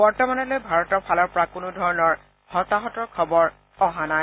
বৰ্তমানলৈ ভাৰতৰ ফালৰ পৰা কোনোধৰণৰ হতাহতৰ খবৰ অহা নাই